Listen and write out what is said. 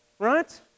Right